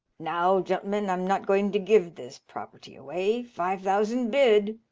now, gen'lemen, i'm not going to give this property away. five thousand bid.